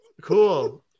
Cool